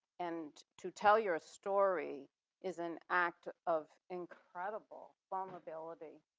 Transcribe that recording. and to tell your story is an act of incredible vulnerability,